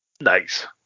Nice